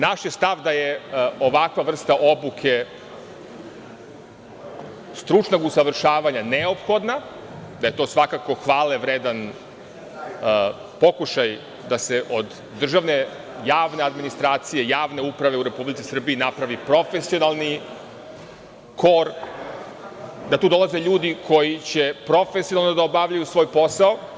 Naš je stav da je ovakva vrsta obuke stručnog usavršavanja neophodna, da je to svakako hvale vredan pokušaj da se od državne javne administracije, javne uprave u Republici Srbiji napravi profesionalni kor, da tu dolaze ljudi koji će profesionalno da obavljaju svoj posao.